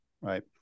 right